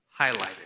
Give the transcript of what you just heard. highlighted